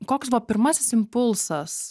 koks buvo pirmasis impulsas